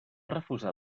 refusar